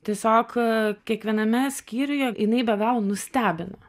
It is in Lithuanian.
tiesiog kiekviename skyriuje jinai be galo nustebina